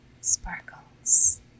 sparkles